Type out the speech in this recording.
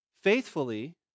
faithfully